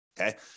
okay